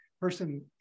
person